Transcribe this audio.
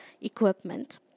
equipment